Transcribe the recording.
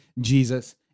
Jesus